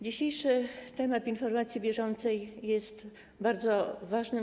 Dzisiejszy temat informacji bieżącej jest bardzo ważny.